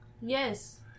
Yes